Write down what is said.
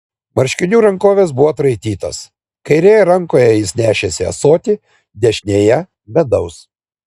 marškinių rankovės buvo atraitytos kairėje rankoje jis nešėsi ąsotį dešinėje medaus